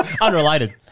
Unrelated